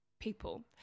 People